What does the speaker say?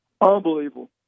Unbelievable